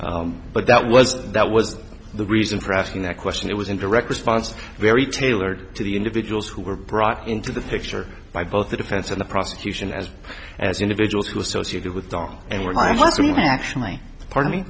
honor but that was that was the reason for asking that question it was in direct response very tailored to the individuals who were brought into the picture by both the defense and the prosecution as as individuals who associated with dawn and were times when you actually pardon me